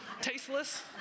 tasteless